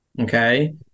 okay